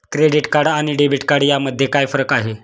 Credit card आणि debit card यामध्ये काय फरक आहे?